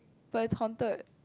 but is haunted